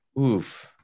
Oof